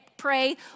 pray